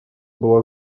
была